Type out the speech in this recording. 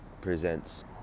presents